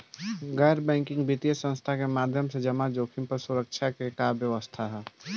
गैर बैंकिंग वित्तीय संस्था के माध्यम से जमा जोखिम पर सुरक्षा के का व्यवस्था ह?